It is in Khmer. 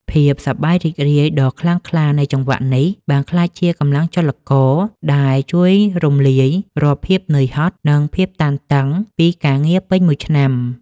ភាពសប្បាយរីករាយដ៏ខ្លាំងក្លានៃចង្វាក់នេះ បានក្លាយជាកម្លាំងចលករដែលជួយរំលាយរាល់ភាពនឿយហត់ និងភាពតានតឹងពីការងារពេញមួយឆ្នាំ។